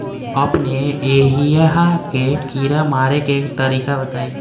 अपने एहिहा के कीड़ा मारे के तरीका बताई?